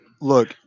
Look